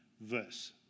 Verse